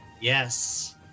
Yes